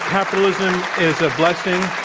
capitalism is a blessing,